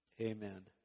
amen